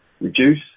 reduce